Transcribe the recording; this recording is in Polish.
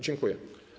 Dziękuję.